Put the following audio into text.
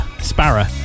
Sparrow